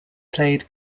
played